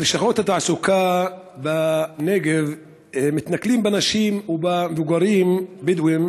בלשכות התעסוקה בנגב מתנכלים לנשים ולמבוגרים הבדואים